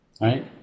right